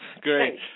Great